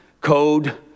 code